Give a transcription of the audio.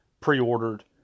pre-ordered